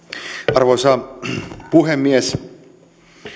arvoisa puhemies